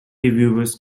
reviewers